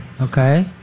Okay